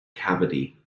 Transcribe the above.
cavity